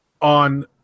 on